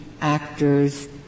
actors